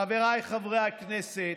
חבריי חברי הכנסת,